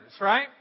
right